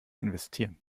investieren